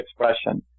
expression